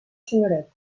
senyoret